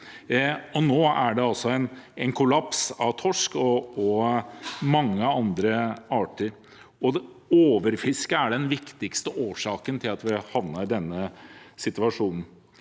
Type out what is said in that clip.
Nå er det altså en kollaps – av torsk og mange andre arter, og overfiske er den viktigste årsaken til at vi har havnet i denne situasjonen.